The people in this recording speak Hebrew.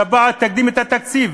השפעת תקדים את התקציב